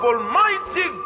Almighty